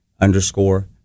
underscore